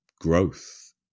growth